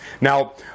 Now